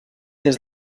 des